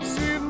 See